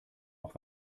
auch